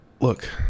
look